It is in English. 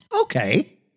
Okay